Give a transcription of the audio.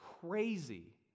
crazy